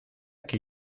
que